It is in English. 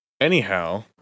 Anyhow